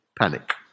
panic